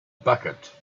bucket